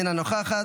אינה נוכחת,